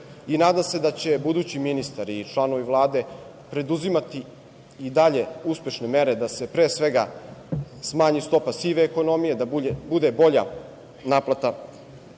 Nadam se da će budući ministar i članovi vlade preduzimati i dalje uspešne mere da se pre svega smanji stopa sive ekonomije, da bude bolja naplata